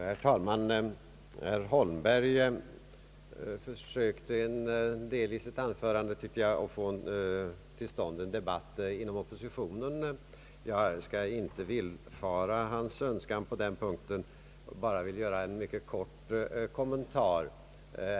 Herr talman! Herr Holmberg gjorde i sitt anförande, tyckte jag, en del försök att få till stånd en debatt inom oppositionen. Jag skall inte tillmötesgå hans önskan på den punkten utan vill bara göra en mycket kort kommentar.